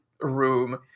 room